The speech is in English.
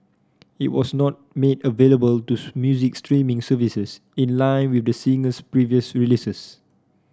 it was not made available to music streaming services in line with the singer's previous releases